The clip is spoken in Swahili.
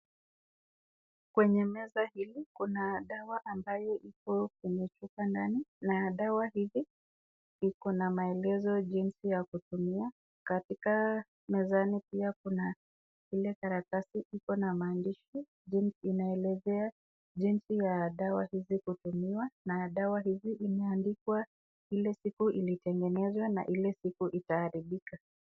Kwenye meza hili kuna dawa ambayo iko kwenye chupa ndani na dawa hizi iko na maelezo jinsi ya kutumia katika mezani pia kuna zile karatasi ziko na maandishi inaelezea jinsi ya dawa hizi kutumiwa na dawa hizi imeandikwa ile siku ilitengenezwa na ile siku itaharibika.